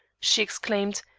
she exclaimed,